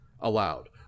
allowed